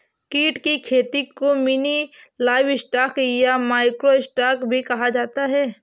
कीट की खेती को मिनी लाइवस्टॉक या माइक्रो स्टॉक भी कहा जाता है